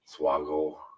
Swaggle